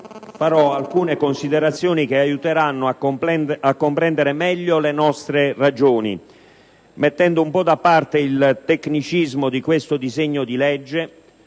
farò alcune considerazioni che aiuteranno a comprendere meglio le nostre ragioni, mettendo un po' da parte il tecnicismo di questo disegno di legge